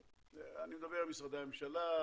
אני מדבר על משרדי הממשלה,